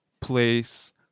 place